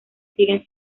siguen